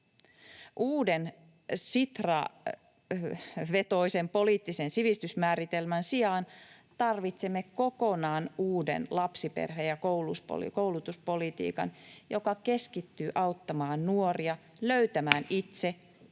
Uuden Sitra-vetoisen poliittisen sivistysmääritelmän sijaan tarvitsemme kokonaan uuden lapsiperhe- ja koulutuspolitiikan, joka keskittyy auttamaan nuoria löytämään itse [Puhemies